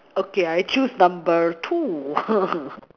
okay I choose number two